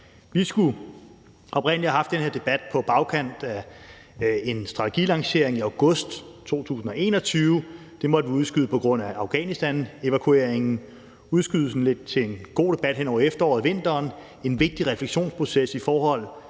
Vi skulle oprindelig have haft den her debat på bagkanten af en strategilancering i august 2021. Den måtte vi udskyde på grund af Afghanistanevakueringen. Udskydelsen blev til en god debat hen over efteråret og vinteren. Det var en vigtig refleksionsproces i forhold